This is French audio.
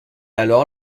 alors